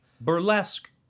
Burlesque